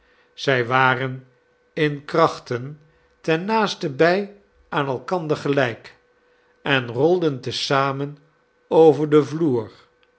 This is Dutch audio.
zij waren in krachten ten naastenbij aan elkander gelijk en rolden te zamen over den vloer